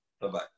Bye-bye